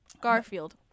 Garfield